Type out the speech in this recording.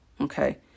okay